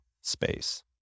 space